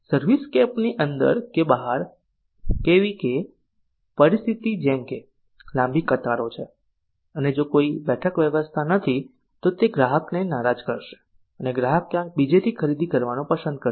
સર્વિસસ્કેપની અંદર કે બહાર કેવીકે પરિસ્થિતિ જેમકે લાંબી કતારો છે અને જો કોઈ બેઠક વ્યવસ્થા નથી તો તે ગ્રાહક ને નારાજ કરશે અને ગ્રાહક ક્યાંક બીજે થી ખરીદી કરવાની પસંદ કરશે